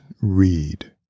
read